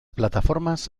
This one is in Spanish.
plataformas